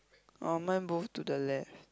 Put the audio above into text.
orh mine both to the left